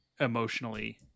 emotionally